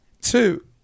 Two